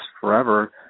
forever